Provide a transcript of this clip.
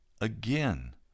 again